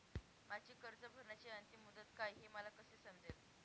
माझी कर्ज भरण्याची अंतिम मुदत काय, हे मला कसे समजेल?